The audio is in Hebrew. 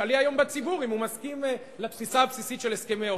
תשאלי היום בציבור אם הוא מסכים לתפיסה הבסיסית של הסכמי אוסלו.